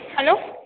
hello